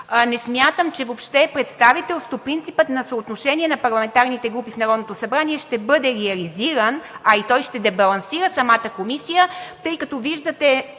не смятам, че въобще представителството, принципът на съотношение на парламентарните групи в Народното събрание ще бъде реализиран, а и той ще дебалансира самата комисия, тъй като виждате,